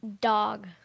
Dog